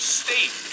state